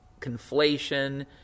conflation